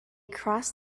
crossed